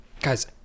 Guys